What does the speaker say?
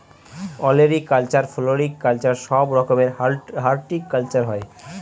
olericulture, floriculture সব রকমের horticulture হয়